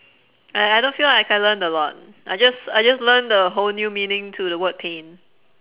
I I don't feel like I learnt a lot I just I just learnt a whole new meaning to the word pain